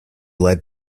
led